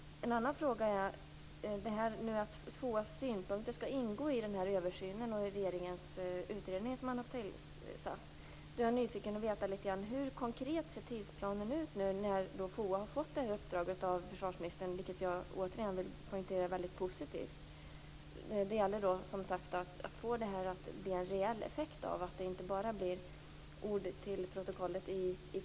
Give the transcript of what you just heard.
När det gäller detta med att synpunkter skall ingå i översynen och i den utredning som regeringen har tillsatt blir jag litet nyfiken och vill veta hur tidsplanen konkret ser ut nu när FOA har fått sitt uppdrag från försvarsministern, vilket - det vill jag återigen poängtera - är väldigt positivt. Det gäller alltså att få en reell effekt här så att det inte bara blir ord till kammarens protokoll.